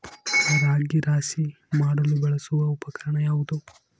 ರಾಗಿ ರಾಶಿ ಮಾಡಲು ಬಳಸುವ ಉಪಕರಣ ಯಾವುದು?